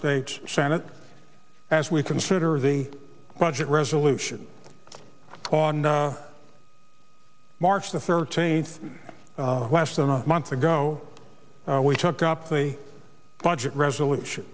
states senate as we consider the budget resolution on march the thirteenth less than a month ago we took up the budget resolution